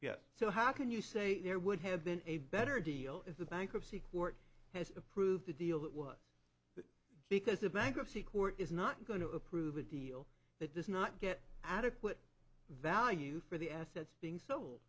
yet so how can you say there would have been a better deal if the bankruptcy court has approved the deal that was because the bankruptcy court is not going to approve a deal that does not get adequate value for the assets being so